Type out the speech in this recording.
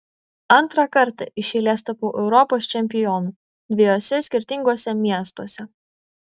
antrą kartą iš eilės tapau europos čempionu dviejuose skirtinguose miestuose